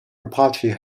apache